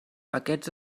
aquests